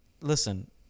Listen